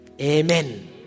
Amen